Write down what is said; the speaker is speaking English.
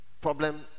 problem